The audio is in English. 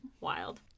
Wild